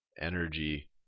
energy